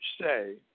say